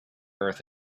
earth